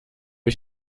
ich